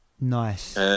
Nice